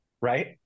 right